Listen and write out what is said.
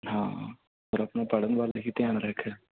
ਹਾਂ ਪਰ ਆਪਣਾ ਪੜ੍ਹਨ ਵੱਲ ਹੀ ਧਿਆਨ ਰੱਖ